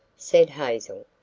said hazel.